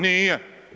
Nije.